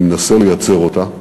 אני מנסה לייצר אותה.